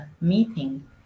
meeting